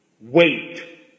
wait